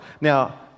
Now